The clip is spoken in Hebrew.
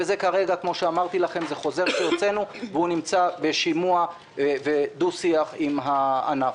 וכרגע זה חוזר שהוצאנו שנמצא בשימוע ובדו-שיח עם הענף.